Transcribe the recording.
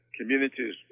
communities